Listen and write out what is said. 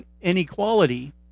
inequality